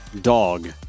Dog